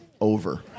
over